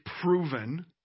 proven